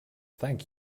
thank